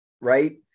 right